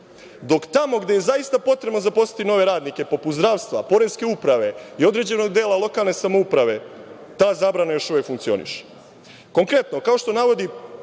dok tamo gde je zaista potrebno zaposliti nove radnike, poput zdravstva, poreske uprave i određenog dela lokalne samouprave, ta zabrana još uvek funkcioniše. Konkretno, kao što navodi